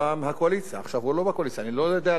אני לא יודע למה הוא צריך לשרת את סדר-היום